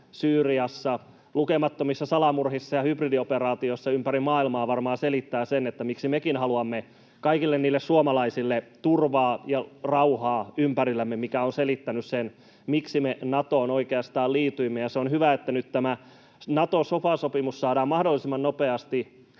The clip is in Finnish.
Syyriassa, lukemattomissa salamurhissa ja hybridioperaatioissa ympäri maailmaa, varmaan selittää sen, miksi mekin haluamme kaikille suomalaisille turvaa ja rauhaa ympärillämme, mikä on selittänyt sen, miksi me Natoon oikeastaan liityimme. Se on hyvä, että nyt tämä Nato-sofa-sopimus saadaan mahdollisimman nopeasti